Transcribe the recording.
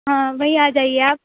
ہاں وہیں آ جائیے آپ